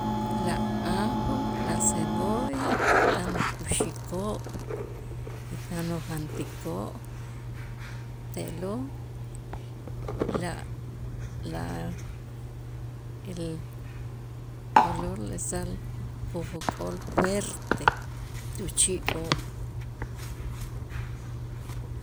La ajo, la cebolla, tan ukuxikoo' y tan ujantikoo' te'lo' la la el olor le sale kujokol fuerte tu chi'oo'.